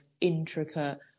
intricate